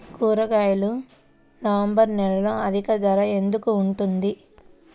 కూరగాయలు నవంబర్ నెలలో అధిక ధర ఎందుకు ఉంటుంది?